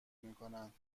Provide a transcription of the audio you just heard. میکنند